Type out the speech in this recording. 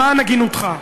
למען הגינותך,